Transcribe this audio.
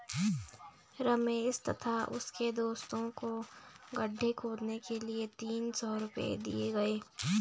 रमेश तथा उसके दोस्तों को गड्ढे खोदने के लिए तीन सौ रूपये दिए गए